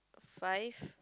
five